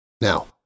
Now